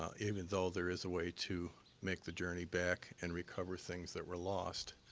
ah even though there is a way to make the journey back and recover things that were lost.